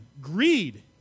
Greed